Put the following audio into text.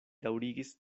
daŭrigis